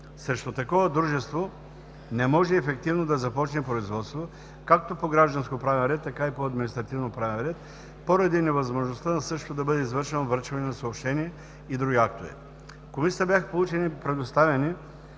Срещу такова дружество не може ефективно да започне производство както по гражданско правен ред, така и по административно правен ред поради невъзможността на същото да бъде извършвано връчване на съобщения и други актове. В Комисията бяха получени